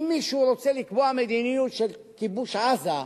אם מישהו רוצה לקבוע מדיניות של כיבוש עזה,